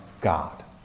God